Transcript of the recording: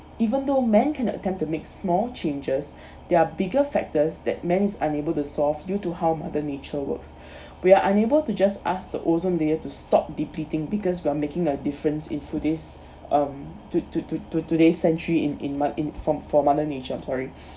even though men can attempt to make small changes there are bigger factors that men is unable to solve due to how mother nature works we are unable to just ask the ozone layer to stop depleting because we are making a difference in today's um to to to to today's century in in mo~ in for for mother nature I'm sorry